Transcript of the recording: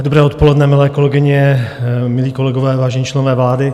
Dobré odpoledne, milé kolegyně, milí kolegové, vážení členové vlády.